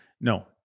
No